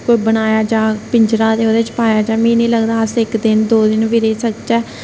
बनाया जाग पिंजरा ते ओहदे बिच पाया जाए ते मिगी नेईं लगदा अस इक दिन दो दिन बी रेही सकने